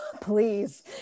please